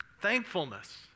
thankfulness